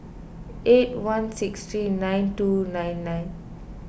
eight one six three nine two nine nine